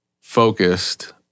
focused